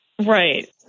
Right